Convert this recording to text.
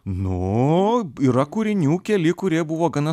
nu yra kūrinių keli kurie buvo gana